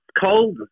Cold